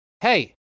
Hey